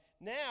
Now